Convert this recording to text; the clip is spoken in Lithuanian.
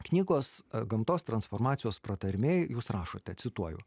knygos a gamtos transformacijos pratarmėj jūs rašote cituoju